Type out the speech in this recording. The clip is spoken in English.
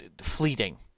fleeting